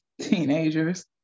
Teenagers